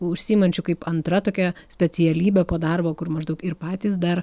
užsiimančių kaip antra tokia specialybe po darbo kur maždaug ir patys dar